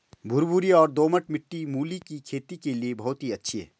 भुरभुरी और दोमट मिट्टी मूली की खेती के लिए बहुत अच्छी है